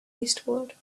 eastward